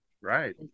right